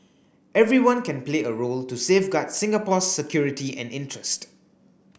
everyone can play a role to safeguard Singapore's security and interest